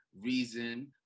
Reason